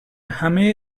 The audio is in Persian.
همه